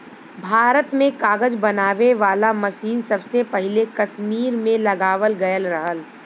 भारत में कागज बनावे वाला मसीन सबसे पहिले कसमीर में लगावल गयल रहल